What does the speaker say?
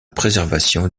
préservation